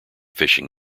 fishing